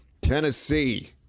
tennessee